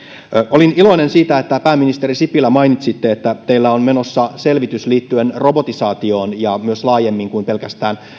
olin iloinen siitä pääministeri sipilä että mainitsitte että teillä on menossa selvitys liittyen robotisaatioon myös laajemmin kuin pelkästään